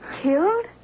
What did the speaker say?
Killed